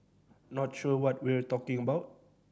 not sure what we're talking about